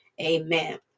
amen